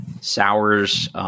sours